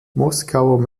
moskauer